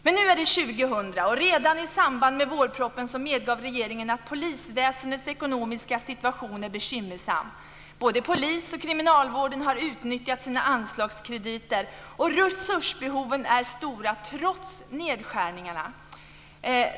Men nu är det år 2000, och redan i samband med vårpropositionen medgav regeringen att polisväsendets ekonomiska situation är bekymmersam. Både polisen och kriminalvården har utnyttjat sina anslagskrediter, och resursbehoven är stora trots nedskärningarna.